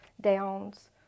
Down's